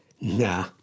nah